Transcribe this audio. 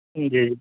جی جی